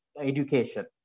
education